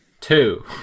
Two